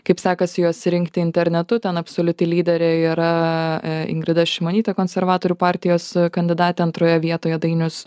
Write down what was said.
kaip sekasi juos rinkti internetu ten absoliuti lyderė yra a ingrida šimonytė konservatorių partijos kandidatė antroje vietoje dainius